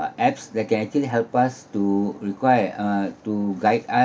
uh apps that can actually help us to require uh to guide us